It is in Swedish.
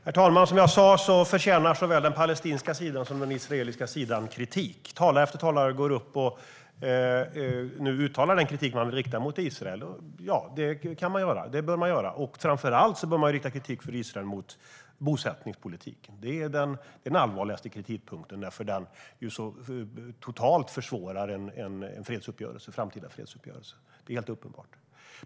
Herr talman! Som jag sa förtjänar såväl den palestinska som den israeliska sidan kritik. Talarna här riktar nu kritik mot Israel. Ja, det bör man göra, och framför allt bör man rikta kritiken mot Israels bosättningspolitik. Det är den allvarligaste kritiken eftersom den helt uppenbart försvårar en framtida fredsuppgörelse.